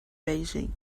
beijing